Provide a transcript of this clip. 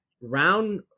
round